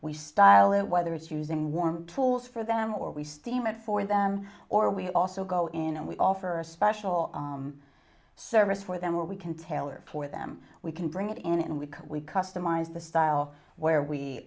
we style it whether it's using warm tools for them or we steam it for them or we also go in and we offer a special service for them where we can tailor for them we can bring it in a week we customize the style where we